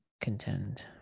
contend